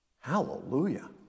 Hallelujah